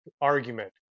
argument